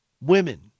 women